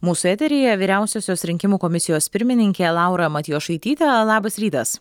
mūsų eteryje vyriausiosios rinkimų komisijos pirmininkė laura matjošaitytė labas rytas